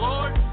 Lord